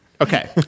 Okay